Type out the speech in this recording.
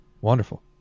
wonderful